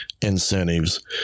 incentives